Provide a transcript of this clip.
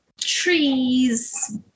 trees